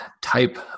type